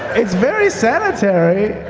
it's very sanitary.